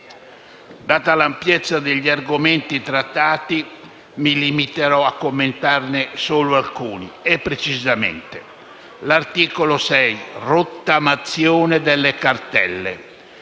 Data l'ampiezza degli argomenti trattati, mi limiterò a commentarne solo alcuni e, precisamente, l'articolo 6, relativo alla rottamazione delle cartelle.